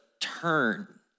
turn